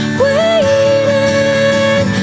waiting